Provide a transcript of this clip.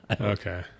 Okay